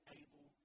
able